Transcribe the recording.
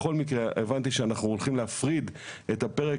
בכל מקרה הבנתי שאנחנו הולכים להפריד את הפרק